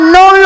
no